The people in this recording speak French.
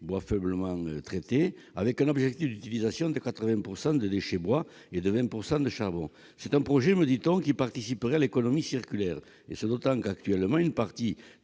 bois faiblement traités, avec un objectif d'utilisation de 80 % de déchets bois et de 20 % de charbon, ce projet, me dit-on, participerait à l'économie circulaire, alors que, à l'heure actuelle, une partie